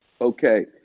Okay